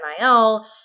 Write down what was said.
NIL